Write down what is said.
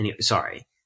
Sorry